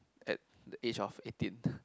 at the age of eighteen